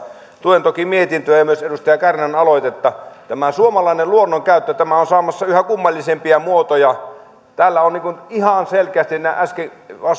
tuen toki mietintöä ja myös edustaja kärnän aloitetta tämä suomalainen luonnonkäyttö on saamassa yhä kummallisempia muotoja täällä on ihan selkeästi äskeisistä